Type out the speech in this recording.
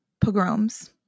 pogroms